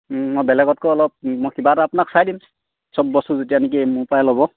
মই বেলেগতকৈ অলপ মই কিবা এটা আপোনাক চাই দিম চব বস্তু যেতিয়া নেকি মোৰপৰাই ল'ব